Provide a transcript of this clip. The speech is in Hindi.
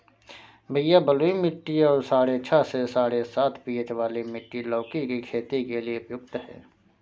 भैया बलुई मिट्टी और साढ़े छह से साढ़े सात पी.एच वाली मिट्टी लौकी की खेती के लिए उपयुक्त है